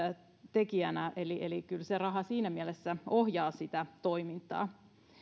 tekijänä eli kyllä se raha siinä mielessä ohjaa sitä toimintaa